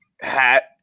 hat